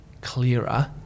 clearer